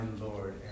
Lord